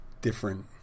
different